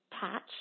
patch